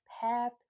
path